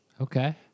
Okay